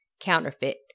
Counterfeit